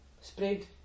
spread